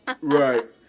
Right